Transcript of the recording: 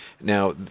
Now